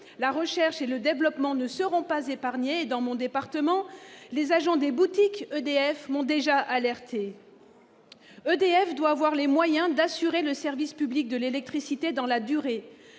la recherche et le développement ne sont pas épargnés et, dans mon département, les agents des boutiques EDF m'ont déjà alertée. EDF doit avoir les moyens d'assurer le service public de l'électricité dans la durée.